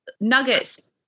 nuggets